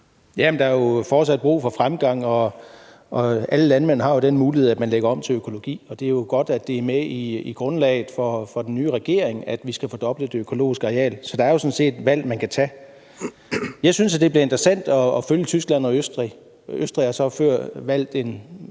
jo fortsat brug for fremgang, og alle landmænd har jo den mulighed, at de kan omlægge til økologi, og det er jo godt, at det er med i grundlaget for den nye regering, at vi skal fordoble det økologiske areal. Så der er sådan set et valg, man kan træffe. Jeg synes, det bliver interessant at følge Tyskland og Østrig. Østrig har så før valgt en